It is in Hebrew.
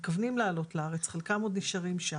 אני מאמינה שגם ממפלגות אחרות יש התארגנות.